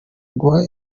guha